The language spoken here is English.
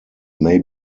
may